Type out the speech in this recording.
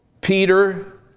Peter